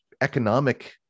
economic